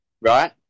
right